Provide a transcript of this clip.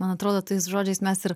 man atrodo tais žodžiais mes ir